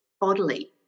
bodily